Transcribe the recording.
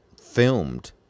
filmed